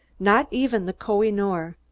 not even the koh-i-noor.